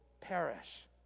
perish